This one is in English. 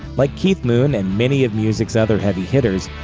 like keith moon and many of music's other heavy hitters,